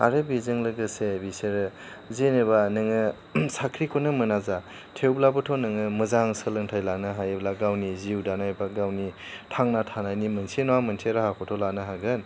आरो बेजों लोगोसे बिसोरो जेनेबा नोङो साख्रिखौनो मोना जा थेवब्लाबोथ' नोङो मोजां सोलोंथाइ लानो हायोब्ला गावनि जिउ दानाय एबा गावनि थांना थानायनि मोनसे नङा मोनसे राहाखौथ' लानो हागोन